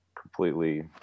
completely